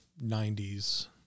90s